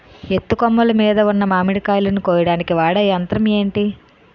ఎత్తు కొమ్మలు మీద ఉన్న మామిడికాయలును కోయడానికి వాడే యంత్రం ఎంటి?